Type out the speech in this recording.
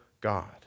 God